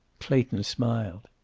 clayton smiled.